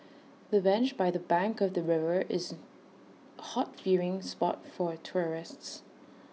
the bench by the bank of the river is hot viewing spot for tourists